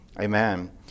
amen